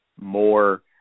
more